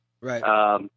Right